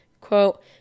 quote